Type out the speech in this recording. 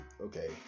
okay